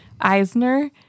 Eisner